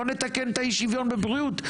לא נתקן את אי-השוויון בבריאות,